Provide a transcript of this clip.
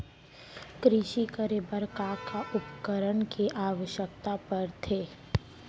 कृषि करे बर का का उपकरण के आवश्यकता परथे?